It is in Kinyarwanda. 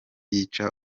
yica